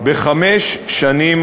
בחמש שנים,